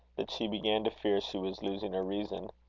that she began to fear she was losing her reason.